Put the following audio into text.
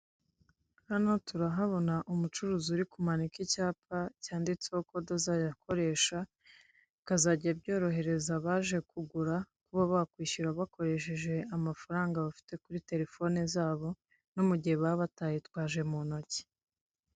Hano turahabona umucuruzi uri kumanika icyapa cyanditseho code azajya akoresha. Bikazajya byorohereza abaje kugura kuba bakwishyura bakoresheje amafaranga bafite kuri telephone zabo, no mu gihe baba batayitwaje mu ntoki.